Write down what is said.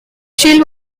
shield